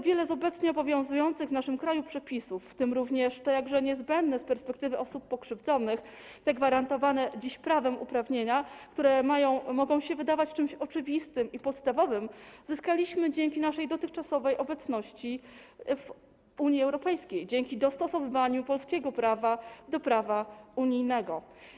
Wiele z obecnie obowiązujących w naszym kraju przepisów, w tym również te jakże niezbędne z perspektywy osób pokrzywdzonych, te gwarantowane dziś prawem uprawnienia, które mogą się wydawać czymś oczywistym i podstawowym, zyskaliśmy dzięki naszej dotychczasowej obecności w Unii Europejskiej, dzięki dostosowywaniu polskiego prawa do prawa unijnego.